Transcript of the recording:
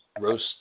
roast